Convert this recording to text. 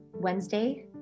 wednesday